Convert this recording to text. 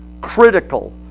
critical